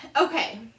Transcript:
okay